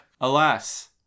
Alas